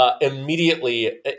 Immediately